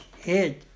head